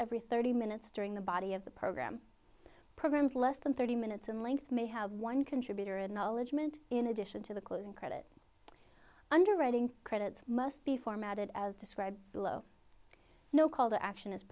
every thirty minutes during the body of the program programs less than thirty minutes in length may have one contributor and knowledge meant in addition to the closing credits underwriting credits must be formatted as described below no call to action is